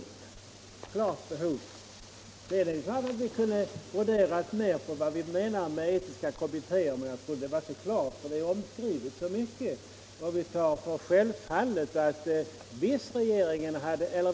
Vi kunde naturligtvis ha broderat ut texten mera och förklarat vad vi menar med etiska kommittéer, men jag trodde det var helt klart eftersom det har skrivits så mycket härom.